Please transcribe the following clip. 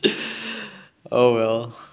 oh well